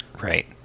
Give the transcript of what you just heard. Right